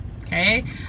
okay